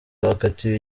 bakatiwe